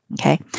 Okay